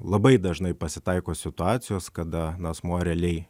labai dažnai pasitaiko situacijos kada asmuo realiai